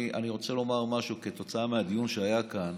אני רוצה לומר משהו בעקבות מהדיון שהיה כאן.